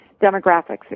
demographics